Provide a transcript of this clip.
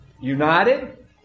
united